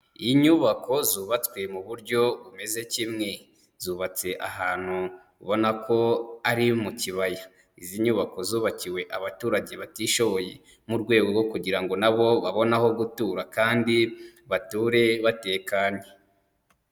Inyubako zubatswe mu buryo bumeze kimwe, zubatse ahantu ubona ko ari mu kibaya, izi nyubako zubakiwe abaturage batishoboye, mu rwego rwo kugira ngo na bo babone aho gutura kandi bature batekanye.